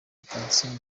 kansiime